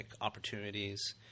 opportunities